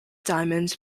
diamond